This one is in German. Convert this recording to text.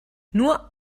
nur